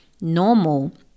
normal